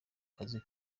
kazi